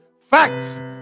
facts